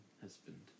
husband